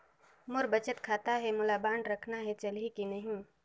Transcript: मोर बचत खाता है मोला बांड रखना है चलही की नहीं?